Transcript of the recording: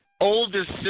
oldest